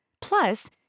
Plus